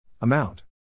Amount